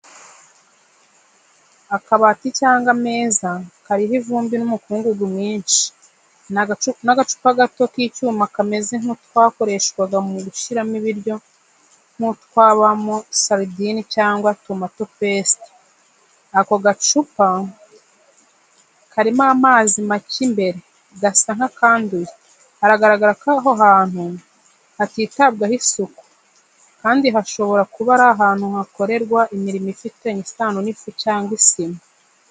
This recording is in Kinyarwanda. Akabati cyangwa ameza kariho ivumbi n’umukungugu mwinshi, n’agacupa gato k’icyuma kameze nk’utwakoreshwaga mu gushyiramo ibiryo nk’utwabamo sardines cyangwa tomato paste. Ako gacupa karimo amazi make imbere, gasa n’akanduye. Haragaragara ko aho hantu hatitabwaho isuku, kandi hashobora kuba ari ahantu hakorerwa imirimo ifitanye isano n’ifu cyangwa isima.